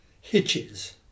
hitches